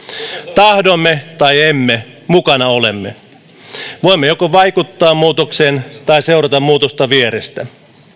tahdomme tai emme mukana olemme voimme joko vaikuttaa muutokseen tai seurata muutosta vierestä